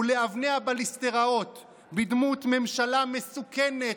ולאבני הבליסטראות בדמות "ממשלה מסוכנת,